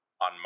on